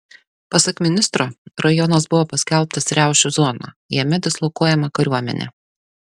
pasak ministro rajonas buvo paskelbtas riaušių zona jame dislokuojama kariuomenė